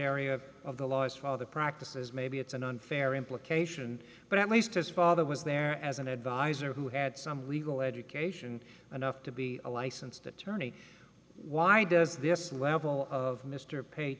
area of the laws father practices maybe it's an unfair implication but at least his father was there as an advisor who had some legal education anough to be a licensed attorney why does this level of mr pa